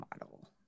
model